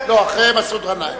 אחרי מסעוד גנאים.